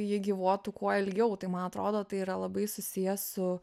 ji gyvuotų kuo ilgiau tai man atrodo tai yra labai susiję su